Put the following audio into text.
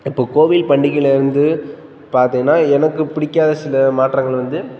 இப்போது கோவில் பண்டிகையில் இருந்து பார்த்தீங்கன்னா எனக்குப் பிடிக்காத சில மாற்றங்கள் வந்து